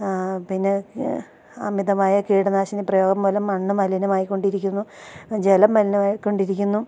പിന്നെ അമിതമായ കീടനാശിനി പ്രയോഗം മൂലം മണ്ണ് മലിനമായിക്കൊണ്ടിരിക്കുന്നു ജലം മലിനമായിക്കൊണ്ടിരിക്കുന്നു